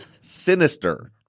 Sinister